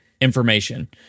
information